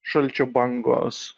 šalčio bangos